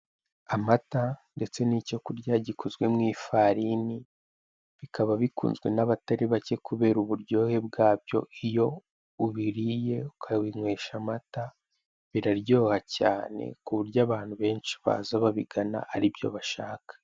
Amata ndetse n'icyo kurya gikozwe mu ifarini bikaba bikunzwe n'abatari bake kubera uburyohe bwabyo iyo ubiriye ukabinywesha amata biraryoha cyane ku buryo abantu benshi baza babigana aribyo bashaka.